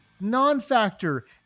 non-factor